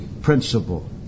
principle